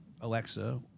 Alexa